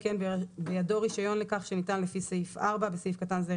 אלא אם כן בידו רישיון לכך שניתן לפי סעיף 4 (בסעיף קטן זה,